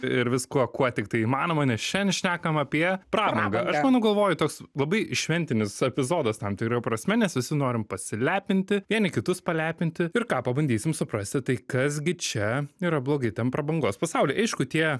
ir viskuo kuo tik tai įmanoma nes šiandien šnekam apie prabangą aš manau galvoju toks labai šventinis epizodas tam tikra prasme nes visi norim pasilepinti vieni kitus palepinti ir ką pabandysim suprasti tai kas gi čia yra blogai tamprabangos pasauly aišku tie